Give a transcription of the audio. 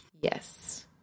Yes